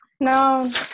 No